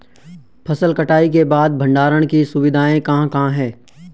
फसल कटाई के बाद भंडारण की सुविधाएं कहाँ कहाँ हैं?